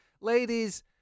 ladies